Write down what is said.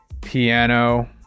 piano